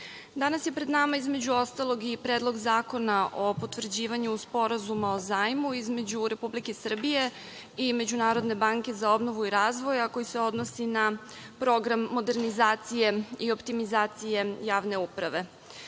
danas je pred nama, između ostalog, i Predlog zakona o potvrđivanju sporazuma o zajmu između Republike Srbije i Međunarodne banke za obnovu i razvoj, a koji se odnosi na program modernizacije i optimizacije javne uprave. Reforma